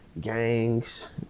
gangs